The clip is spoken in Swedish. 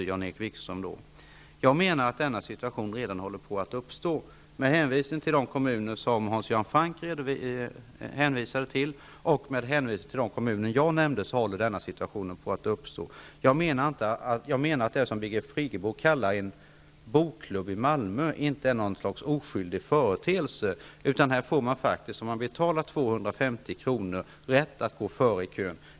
Jag menar att denna situation redan håller på att uppstå i de kommuner som Hans Göran Franck hänvisade till och i de kommuner jag nämnde. Det som Birgit Friggebo kallar ''en bokklubb i Malmö'' är enligt min mening inte en oskyldig företeelse, utan här får man faktiskt om man vill betala 250 kr. rätt att gå före i kön.